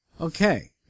Okay